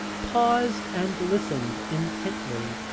paused, and listened intently.